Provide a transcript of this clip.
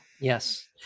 Yes